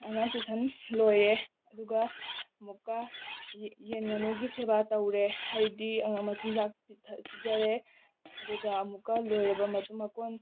ꯑꯉꯥꯡ ꯇꯨꯁꯟ ꯂꯣꯏꯔꯦ ꯑꯗꯨꯒ ꯑꯃꯨꯛꯀ ꯌꯦꯟ ꯉꯥꯅꯨꯒꯤ ꯁꯦꯕꯥ ꯇꯧꯔꯨꯔꯦ ꯍꯥꯏꯕꯗꯤ ꯃꯆꯤꯟꯖꯥꯛ ꯄꯤꯖꯔꯦ ꯑꯗꯨꯒ ꯑꯃꯨꯛꯀ ꯂꯣꯏꯔꯕ ꯃꯇꯨꯡ ꯃꯀꯣꯟ